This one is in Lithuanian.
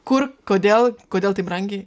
kur kodėl kodėl taip brangiai